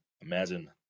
imagine